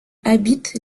habite